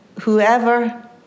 whoever